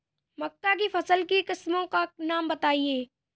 मक्का की फसल की किस्मों का नाम बताइये